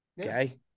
okay